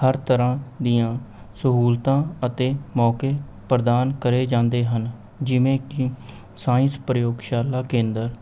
ਹਰ ਤਰ੍ਹਾਂ ਦੀਆਂ ਸਹੂਲਤਾਂ ਅਤੇ ਮੌਕੇ ਪ੍ਰਦਾਨ ਕਰੇ ਜਾਂਦੇ ਹਨ ਜਿਵੇਂ ਕਿ ਸਾਇੰਸ ਪ੍ਰਯੋਗਸ਼ਾਲਾ ਕੇਂਦਰ